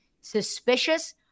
suspicious